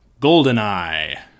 GoldenEye